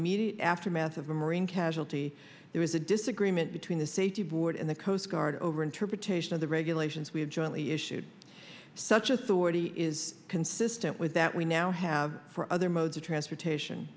immediate aftermath of a marine casualty there is a disagreement between the safety board and the coast guard over interpretation of the regulations we have jointly issued such authority is consistent with that we now have for other modes of transportation